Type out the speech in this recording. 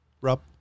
Rob